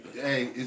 hey